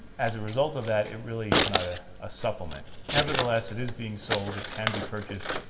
as a result of that it really is not ah a supplement. nevertheless it is being sold, it can be purchased,